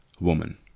woman